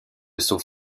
sauve